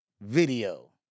video